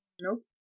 Nope